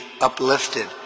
uplifted